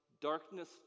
darkness